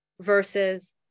versus